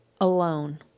Alone